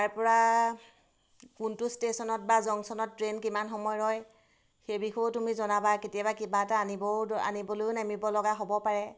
তাৰ পৰা কোনটো ষ্টেচনত বা জংশ্যনত ট্ৰেইন কিমান সময় ৰয় সেই বিষয়েও তুমি জনাবা কেতিয়াবা কিবা এটা আনিবও দ আনিবলৈও নামিব লগা হ'ব পাৰে